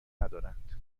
ندارند